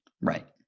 Right